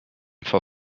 for